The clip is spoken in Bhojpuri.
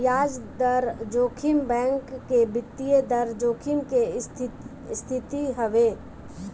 बियाज दर जोखिम बैंक के वित्तीय दर जोखिम के स्थिति हवे